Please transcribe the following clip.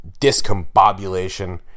discombobulation